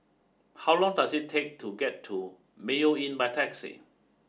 how long does it take to get to Mayo Inn by taxi